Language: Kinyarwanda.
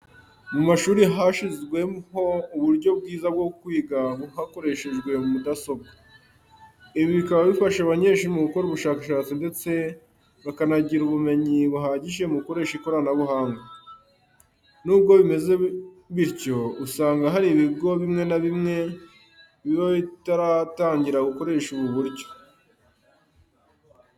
Mu mashuri hashyizweho uburyo bwiza bwo kwiga hakoreshejwe mudasobwa. Ibi bikaba bifasha abanyeshuri mu gukora ubushakashatsi ndetse bakanagira ubumenyi buhagije mu gukoresha ikoranabuhanga. Nubwo bimeze bityo, usanga hari ibigo bimwe na bimwe biba bitaratangira gukoresha ubu buryo.